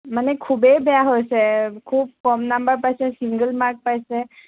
মানে খুবেই বেয়া হৈছে খুব কম নাম্বাৰ পাইছে চিংগল মাৰ্ক পাইছে